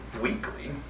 weekly